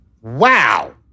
Wow